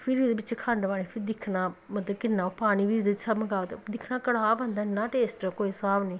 फिर ओह्दे च खंड पानी फिर दिक्खना मतलब किन्नी पानी बी ओह्दे मकावले दिक्खो कड़ाह् बनदा इन्ना टेस्ट